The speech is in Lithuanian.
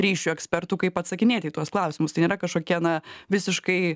ryšių ekspertų kaip atsakinėti į tuos klausimus tai nėra kažkokie na visiškai